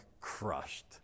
crushed